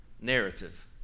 narrative